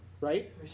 right